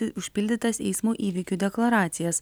užpildytas eismo įvykių deklaracijas